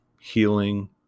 healing